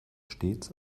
stets